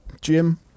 Jim